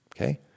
okay